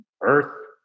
earth